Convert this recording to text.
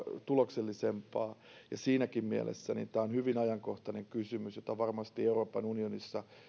tuloksellisempaa ja siinäkin mielessä tämä on hyvin ajankohtainen kysymys jota varmasti euroopan unionissa